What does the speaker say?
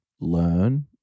learn